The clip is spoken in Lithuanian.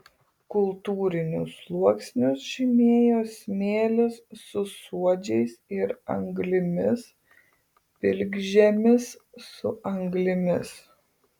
kultūrinius sluoksnius žymėjo smėlis su suodžiais ir anglimis pilkžemis su anglimis